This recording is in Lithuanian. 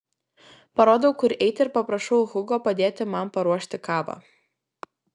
parodau kur eiti ir paprašau hugo padėti man paruošti kavą